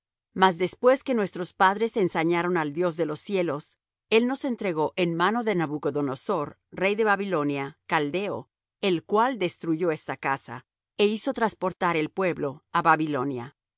mas después que nuestros padres ensañaron al dios de los cielos él los entregó en mano de nabucodonosor rey de babilonia caldeo el cual destruyó esta casa é hizo trasportar el pueblo á babilonia